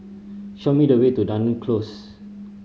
show me the way to Dunearn Close